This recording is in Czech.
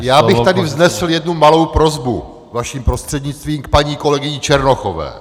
Já bych tady vznesl jednu malou prosbu, vaším prostřednictvím, k paní kolegyni Černochové.